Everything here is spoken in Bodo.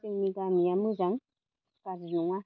जोंनि गामिया मोजां गाज्रि नङा